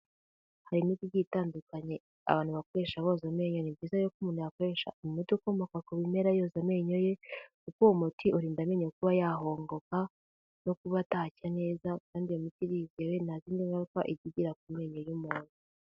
Hari imiti igiye itandukanye abantu bakoresha boza amenyo, ni byiza rero ko umuntu yakoresha umuti ukomoka ku bimera yoza amenyo ye, kuko uwo muti urinda amenyo kuba yahongoka no kubatacya neza kandi iyo miti irizewe ntazindi ngaruka ijya ijyira ku menyo y'umuntu.